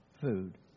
food